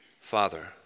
Father